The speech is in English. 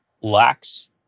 lacks